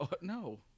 No